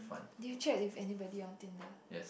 did you chat with anybody on Tinder